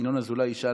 ינון אזולאי ישאל,